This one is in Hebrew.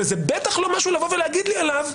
וזה בטח לא משהו לבוא ולהגיד לי עליו: